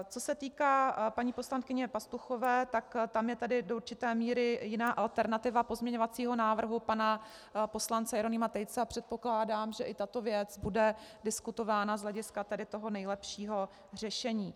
Co se týká paní poslankyně Pastuchové, tak tam je tedy do určité míry jiná alternativa pozměňovacího návrhu pana poslance Jeronýma Tejce a předpokládám, že i tato věc bude diskutována z hlediska tedy toho nejlepšího řešení.